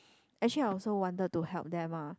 actually I also wanted to help them ah